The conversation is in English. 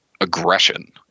aggression